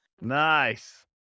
Nice